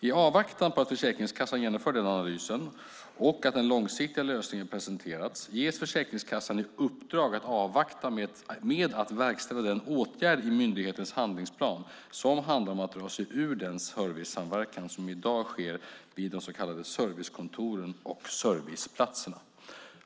I avvaktan på att Försäkringskassan genomför den analysen och den långsiktiga lösningen presenterats ges Försäkringskassan i uppdrag att avvakta med att verkställa den åtgärd i myndighetens handlingsplan som handlar om att dra sig ur den servicesamverkan som i dag sker vid de så kallade servicekontoren och serviceplatserna.